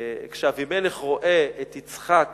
כשאבימלך רואה את יצחק